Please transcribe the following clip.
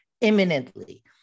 imminently